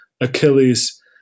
Achilles